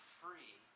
free